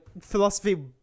philosophy